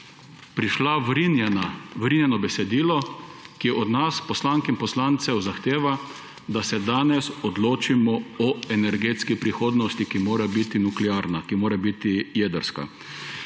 prišlo vrinjeno besedilo, ki od nas, poslank in poslancev, zahteva, da se danes odločimo o energetski prihodnosti, ki mora biti nuklearna, ki mora biti jedrska.